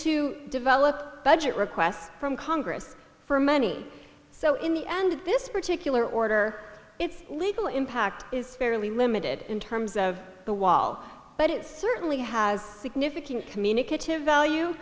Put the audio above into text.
to develop budget requests from congress for money so in the end this particular order it's legal impact is fairly limited in terms of the wall but it certainly has significant communicative value